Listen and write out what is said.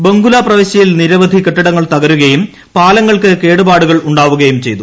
ബങ്കുല പ്രവിശ്യയിൽ നിരവധി കെട്ടിടങ്ങൾ തകരുകയും പാലങ്ങൾക്ക് കേടുപാടുകൾ ഉണ്ടാകുകയും ചെയ്തു